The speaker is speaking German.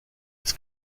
das